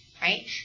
right